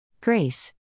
Grace